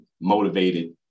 motivated